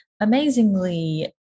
amazingly